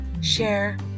share